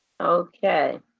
Okay